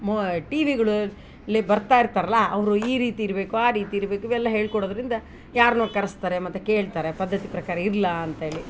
ಮೋ ಟಿ ವಿಗಳುಲ್ಲಿ ಬರ್ತಾ ಇರ್ತಾರಲ್ಲ ಅವರು ಈ ರೀತಿ ಇರಬೇಕು ಆ ರೀತಿ ಇರಬೇಕು ಇವೆಲ್ಲಾ ಹೇಳ್ಕೊಡೋದ್ರಿಂದ ಯಾರನ್ನೋ ಕರೆಸ್ತಾರೆ ಮತ್ತು ಕೇಳ್ತಾರೆ ಪದ್ಧತಿ ಪ್ರಕಾರ ಇರ್ಲಾ ಅಂತೇಳಿ